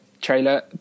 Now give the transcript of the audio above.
trailer